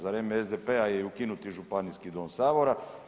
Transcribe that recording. Za vrijeme SDP-a je ukinut Županijski dom Sabora.